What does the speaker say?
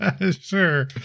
Sure